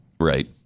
Right